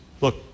look